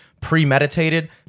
premeditated